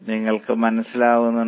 നിങ്ങൾക്ക് മനസ്സിലാകുന്നുണ്ടോ